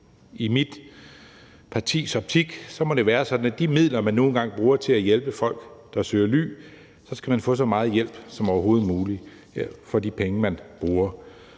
I mit partis optik må det være sådan, at man for de midler, man nu engang bruger til at hjælpe folk, der søger ly, skal give så meget hjælp som overhovedet muligt. Derfor synes jeg, det er